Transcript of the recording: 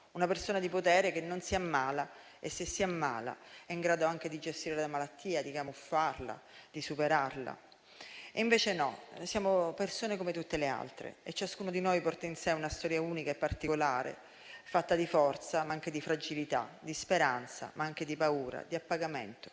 una persona di potere che non si ammala e, se si ammala, è in grado anche di gestire la malattia, di camuffarla e superarla. Invece no, noi siamo persone come tutte le altre e ciascuno di noi porta in sé una storia unica e particolare, fatta di forza ma anche di fragilità, di speranza ma anche di paura, di appagamento